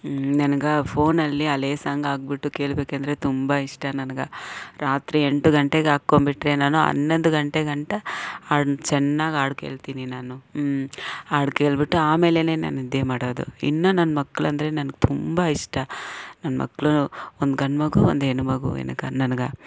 ನನಗೆ ಆ ಫೋನಲ್ಲಿ ಹಳೆ ಸಾಂಗ್ ಹಾಕಿಬಿಟ್ಟು ಕೇಳ್ಬೇಕೆಂದ್ರೆ ತುಂಬ ಇಷ್ಟ ನನಗೆ ರಾತ್ರಿ ಎಂಟು ಗಂಟೆಗೆ ಹಾಕ್ಕೊಂಬಿಟ್ರೆ ನಾನು ಹನ್ನೊಂದು ಗಂಟೆ ಗಂಟ ಹಾಡನ್ನ ಚೆನ್ನಾಗಿ ಹಾಡು ಕೇಳ್ತೀನಿ ನಾನು ಹ್ಞೂ ಹಾಡು ಕೇಳ್ಬಿಟ್ಟು ಆಮೇಲೇ ನಾನು ನಿದ್ದೆ ಮಾಡೋದು ಇನ್ನು ನನ್ನ ಮಕ್ಳೆಂದ್ರೆ ನನ್ಗೆ ತುಂಬ ಇಷ್ಟ ನನ್ನ ಮಕ್ಳು ಒಂದು ಗಂಡು ಮಗು ಒಂದು ಹೆಣ್ಣು ಮಗು ನನಗೆ